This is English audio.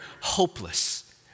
hopeless